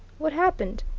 what happened?